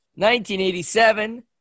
1987